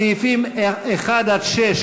סעיפים 1 6,